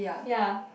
ya